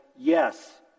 yes